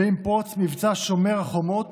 ועם פרוץ מבצע שומר החומות